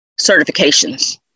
certifications